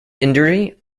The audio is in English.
injury